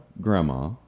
grandma